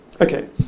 Okay